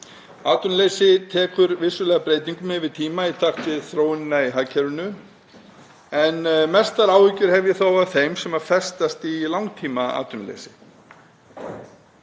Atvinnuleysi tekur vissulega breytingum yfir tíma í takti við þróunina í hagkerfinu en mestar áhyggjur hef ég þó af þeim sem festast í langtímaatvinnuleysi.